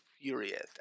furious